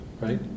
right